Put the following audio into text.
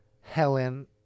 Helen